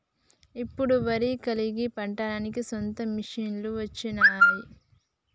ఇప్పుడు వరి గాలికి పట్టడానికి సొంత మిషనులు వచ్చినాయి